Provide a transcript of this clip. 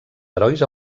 herois